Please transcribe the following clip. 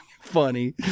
funny